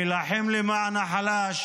להילחם למען החלש,